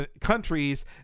countries